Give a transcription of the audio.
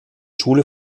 schule